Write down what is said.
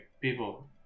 people